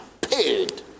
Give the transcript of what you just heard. paid